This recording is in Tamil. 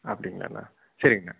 அப்படிங்கலாண்ணா சரிங்கண்ணா